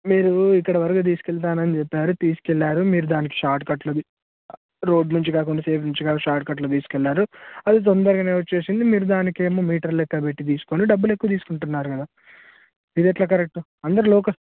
మీరు ఇక్కడ వరకు తీసుకెళ్తానని చెప్పారు తీసుకెళ్ళారు మీరు దానికి షార్ట్కట్లోది రోడ్డు నుంచి కాకుండా సేఫ్ నుంచి కా షార్ట్కట్లో తీసుకెళ్ళారు అది తొందరగానే వచ్చేసింది మీరు దానికేమో మీటర్ లెక్కపెట్టి తీసుకుని డబ్బులు ఎక్కువ తీసుకుంటున్నారు కదా ఇది ఎట్లా కరక్టు అందరూ లోకల్